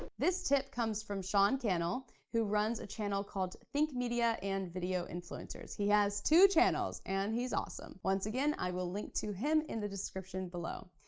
this tip comes from sean cannell, who runs a channel called think media and video influencers. he has two channels and he's awesome. once again, i will link to him in the description below.